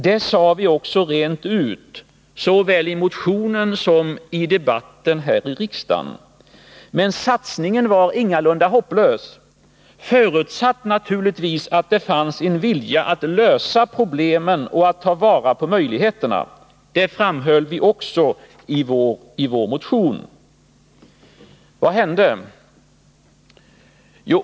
Det sade vi också rent ut såväl i motionen som i debatten här i kammaren. Men satsningen var ingalunda hopplös, förutsatt naturligtvis att det fanns en vilja att lösa problemen och ta vara på möjligheterna. Det framhöll vi också i vår motion. Vad hände?